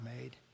made